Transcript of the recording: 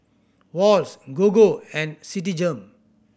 Wall's Gogo and Citigem